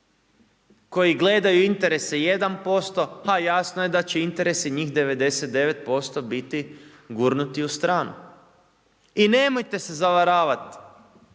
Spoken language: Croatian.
one gledaju interese 1% pa jasno je da će interesi njih 99% biti gurnuti u stranu. I nemojte se zavaravati